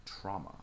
trauma